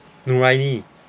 noorani